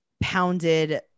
pounded